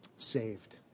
saved